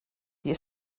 you